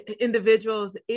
individuals